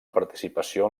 participació